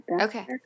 okay